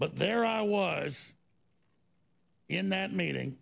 but there i was in that meeting